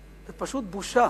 זאת פשוט בושה,